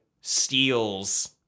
steals